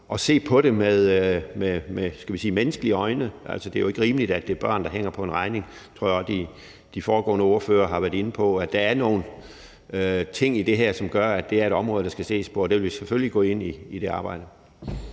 øje for det menneskelige. Det er jo ikke rimeligt, at det er børn, der hænger på en regning. Jeg tror også, at de foregående ordførere har været inde på, at der er nogle ting i det her, som gør, at det er et område, der skal ses på, og det arbejde vil vi selvfølgelig gå ind i. Kl.